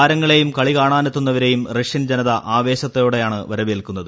താരങ്ങളെയും കളി കാണാനെത്തുന്നവരെയും റഷ്യൻ ജനത വലിയ ആവേശത്തോടെയാണ് വരവേൽക്കുന്നത്